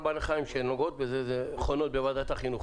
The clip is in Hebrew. בעלי חיים שנוגעות בזה חונות בוועדת החינוך,